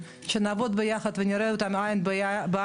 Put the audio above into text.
שנעבוד עליהם יחד ונראה אותם עין בעין,